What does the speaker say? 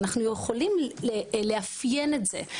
אנחנו יכולים לאפיין את זה.